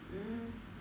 mm